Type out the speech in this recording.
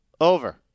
Over